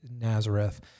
Nazareth